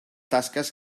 tasques